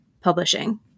publishing